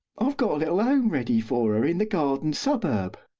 i've got a little ome ready for in the garden suburb.